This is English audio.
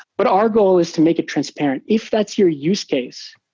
but our goal is to make it transparent. if that's your use case,